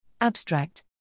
Abstract